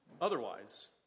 otherwise